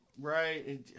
right